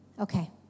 Okay